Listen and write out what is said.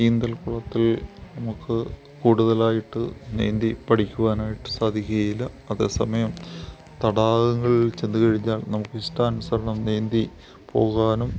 നീന്തൽക്കുളത്തിൽ നമുക്ക് കൂടുതലായിട്ട് നീന്തിപ്പഠിക്കുവാനായിട്ട് സാധിക്കുകയില്ല അതേ സമയം തടാകങ്ങളിൽ ചെന്ന് കഴിഞ്ഞാൽ നമുക്ക് ഇഷ്ടാനുസരണം നീന്തി പോകാനും